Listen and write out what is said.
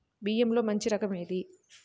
బియ్యంలో మంచి రకం ఏది?